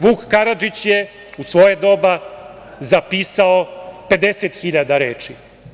Vuk Karadžić je u svoje doba zapisao 50.000 reči.